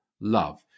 love